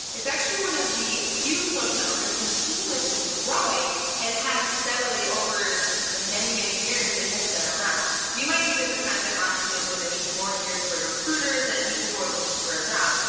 it's actually one of the few social networks that's continuously growing and has steadily over the many many years that it has been around. you might think the content on linkedin is gonna be more geared towards recruiters and people who are looking for a job,